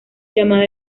llamada